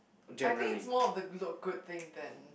I think it's more of the look good thing then